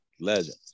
legend